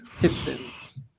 Pistons